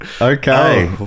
Okay